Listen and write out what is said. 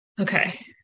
Okay